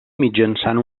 mitjançant